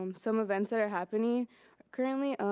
um some events that are happening currently,